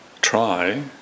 try